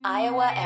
Iowa